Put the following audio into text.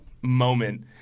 moment